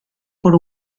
por